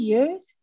use